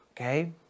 Okay